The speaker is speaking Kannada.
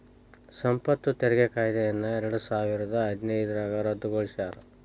ಸಂಪತ್ತು ತೆರಿಗೆ ಕಾಯ್ದೆಯನ್ನ ಎರಡಸಾವಿರದ ಹದಿನೈದ್ರಾಗ ರದ್ದುಗೊಳಿಸ್ಯಾರ